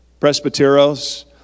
presbyteros